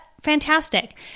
fantastic